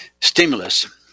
stimulus